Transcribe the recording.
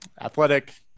athletic